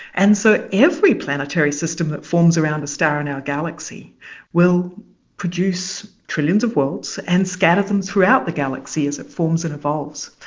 and so every planetary system that forms around a star in our galaxy will produce trillions of worlds and scatter them throughout the galaxy as it forms and evolves.